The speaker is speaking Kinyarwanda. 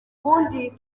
ubundi